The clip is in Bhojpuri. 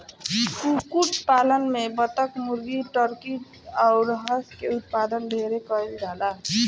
कुक्कुट पालन में बतक, मुर्गी, टर्की अउर हंस के उत्पादन ढेरे कईल जाला